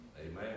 Amen